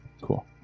Cool